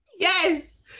Yes